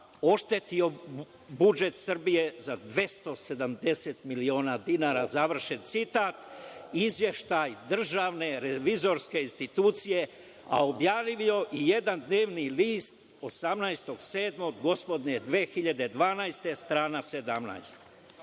oštetio budžet Srbije za 270 miliona dinara, završen citat, izveštaj Državne revizorske institucije, a objavio i jedan dnevni list 18. jula Gospodnje 2012. godine,